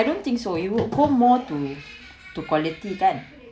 I don't think so you would pay more to to quality then